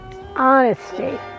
Honesty